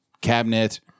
cabinet